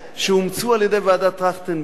שאומצו על-ידי ועדת-טרכטנברג,